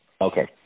Okay